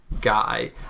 guy